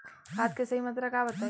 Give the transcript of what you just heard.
खाद के सही मात्रा बताई?